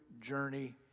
journey